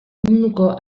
munduko